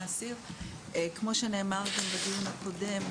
כמו שנאמר כאן בדיון הקודם,